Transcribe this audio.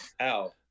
ow